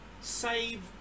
save